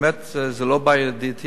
באמת זה לא בא לידיעתי,